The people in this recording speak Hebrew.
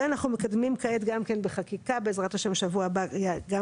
ואנחנו מקדמים כעת גם כן בחקיקה בעזרת ה' שבוע הבא גם